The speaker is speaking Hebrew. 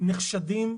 נחשדים רופאים,